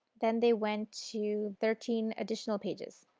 then they went to thirteen additional pages.